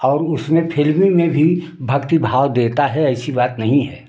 और उसमें फ़िल्मी भी में भी भक्तिभाव देता है ऐसी बात नहीं है